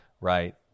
right